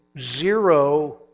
zero